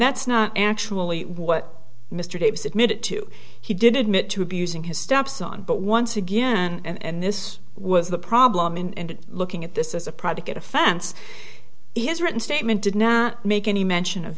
that's not actually what mr davis admitted to he did admit to abusing his stepson but once again and this was the problem and looking at this as a product offense his written statement did not make any mention of